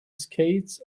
skates